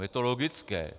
Je to logické.